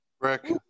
Rick